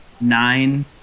nine